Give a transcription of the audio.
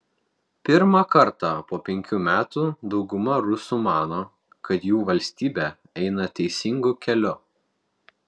pirmą kartą po penkių metų dauguma rusų mano kad jų valstybė eina teisingu keliu